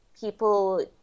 people